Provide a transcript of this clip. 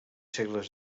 segles